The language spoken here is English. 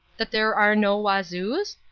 that there are no wazoos?